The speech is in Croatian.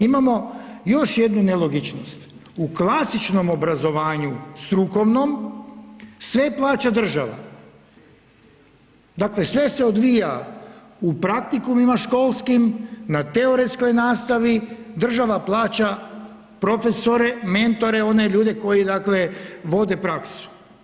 Imamo još jednu nelogičnost u klasičnom strukovnom obrazovanju sve plaća država, dakle sve se odvija u praktikumima školskim, na teoretskoj nastavi država plaća profesore, mentore one ljude koji vode praksu.